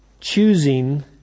choosing